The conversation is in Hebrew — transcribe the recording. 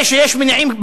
זה שיש מניעים?